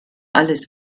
alles